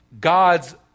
God's